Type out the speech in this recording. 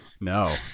No